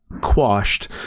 quashed